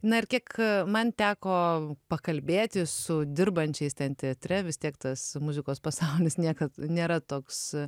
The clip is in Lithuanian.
na ir kiek man teko pakalbėti su dirbančiais ten teatre vis tiek tas muzikos pasaulis niekad nėra toks